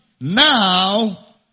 Now